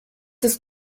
ist